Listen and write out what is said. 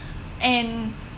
and